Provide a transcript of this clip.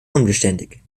unbeständig